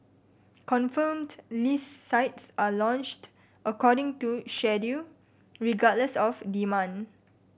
confirmed list sites are launched according to schedule regardless of demand